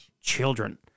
children